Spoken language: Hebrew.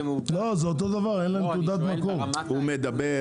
הוא מדבר